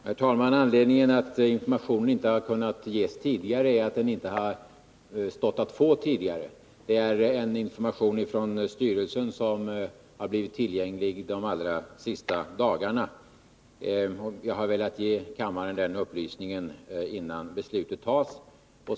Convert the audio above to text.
Herr talman! Anledningen till att informationen inte har kunnat ges tidigare är att den inte har stått att få tidigare. Detta är en information från styrelsen som har blivit tillgänglig de allra senaste dagarna. Jag har velat ge kammaren den upplysningen innan beslutet fattas.